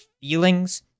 feelings